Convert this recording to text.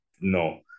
no